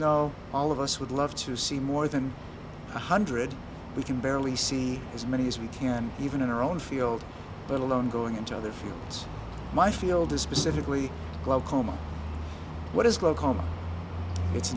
though all of us would love to see more than a hundred we can barely see as many as we can even in our own field but alone going into other fields my field is specifically well coma what is